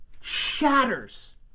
Shatters